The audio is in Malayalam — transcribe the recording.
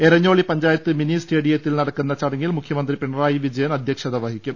എരഞ്ഞോളി പഞ്ചായത്ത് മിനി സ്റ്റേഡിയത്തിൽ നടക്കുന്ന ചടങ്ങിൽ മുഖ്യമന്ത്രി പിണറായി വിജയൻ അധ്യക്ഷത വഹിക്കും